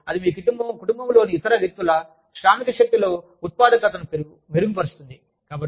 మరియు అది మీ కుటుంబంలోని ఇతర వ్యక్తుల శ్రామిక శక్తిలో ఉత్పాదకతను మెరుగుపరుస్తుంది